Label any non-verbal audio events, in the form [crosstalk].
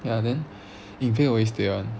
ya then [noise] always stay [one]